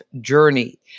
journey